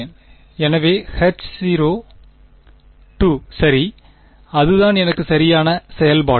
எனவே H0 சரி அதுதான் எனக்கு சரியான செயல்பாடு